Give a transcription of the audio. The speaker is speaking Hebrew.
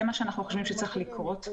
זה מה שאנחנו חושבים שצריך לקרות.